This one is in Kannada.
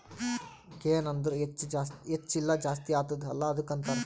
ಗೆನ್ ಅಂದುರ್ ಹೆಚ್ಚ ಇಲ್ಲ ಜಾಸ್ತಿ ಆತ್ತುದ ಅಲ್ಲಾ ಅದ್ದುಕ ಅಂತಾರ್